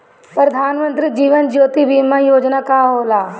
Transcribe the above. प्रधानमंत्री जीवन ज्योति बीमा योजना का होला?